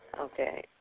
okay